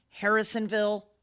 Harrisonville